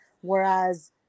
Whereas